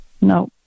No